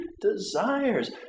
desires